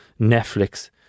Netflix